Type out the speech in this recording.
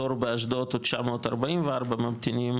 התור באשדוד הוא 944 ממתינים,